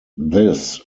this